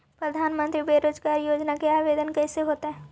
प्रधानमंत्री बेरोजगार योजना के आवेदन कैसे होतै?